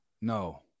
No